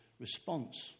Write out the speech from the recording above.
response